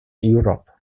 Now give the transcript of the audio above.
europe